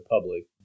public